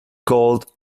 called